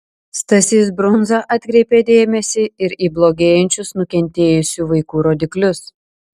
stasys brunza atkreipė dėmesį ir į blogėjančius nukentėjusių vaikų rodiklius